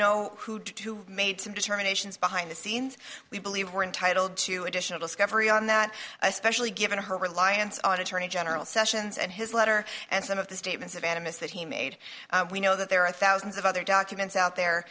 know who to made some determinations behind the scenes we believe we're entitled to additional discovery on that especially given her reliance on attorney general sessions and his letter and some of the statements of animists that he made we know that there are thousands of other documents out there